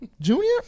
Junior